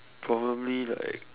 probably like